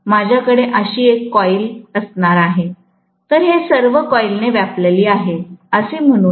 माझ्याकडे अशी एक कॉइल असणार आहे तर हे सर्व कॉईल ने व्यापलेले आहे असे आपण म्हणूया